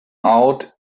out